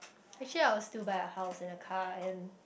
actually I will still buy a house and a car and